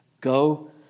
Go